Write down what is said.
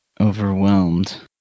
Overwhelmed